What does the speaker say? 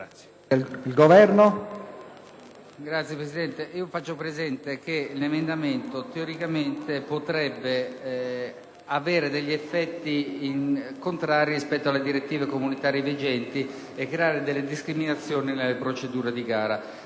Signor Presidente, faccio presente che l’emendamento in questione potrebbe teoricamente avere degli effetti contrari rispetto alle direttive comunitarie vigenti e creare delle discriminazioni nelle procedure di gara.